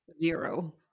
Zero